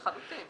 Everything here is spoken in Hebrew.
לחלוטין.